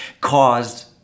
caused